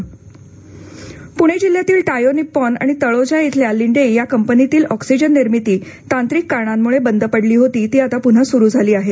oxygen निर्मिती पुणे जिल्ह्यातील Taiyo Nippon आणि तळोजा इथल्या लिंडे या कंपन्यांतील ऑक्सिजन निर्मिती तांत्रिक कारणांमुळे बंद पडली होती ती आता पुन्हा सुरू झाली आहे